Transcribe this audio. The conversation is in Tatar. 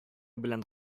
белән